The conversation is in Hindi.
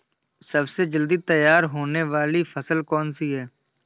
सबसे जल्दी तैयार होने वाली फसल कौन सी है?